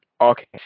okay